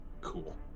Cool